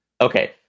Okay